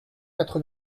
quatre